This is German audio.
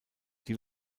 die